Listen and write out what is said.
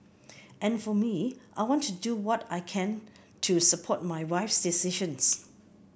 and for me I want to do what I can to support my wife's decisions